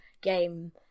game